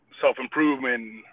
self-improvement